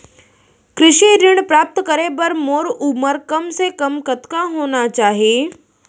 कृषि ऋण प्राप्त करे बर मोर उमर कम से कम कतका होना चाहि?